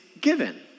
given